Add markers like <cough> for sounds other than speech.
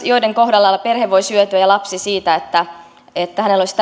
<unintelligible> joiden kohdalla perhe ja lapsi voisi hyötyä siitä että lapsella olisi <unintelligible>